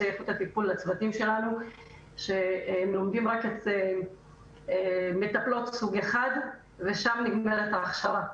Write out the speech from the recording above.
איכות הטיפול לצוותים שלנו שלומדים רק מטפלות סוג אחד ושם נגמרת ההכשרה.